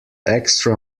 extra